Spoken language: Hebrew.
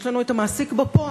יש לנו את המעסיק בפועל.